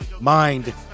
mind